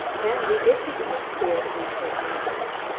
then, we did think it was queer that we'd heard noises.